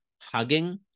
hugging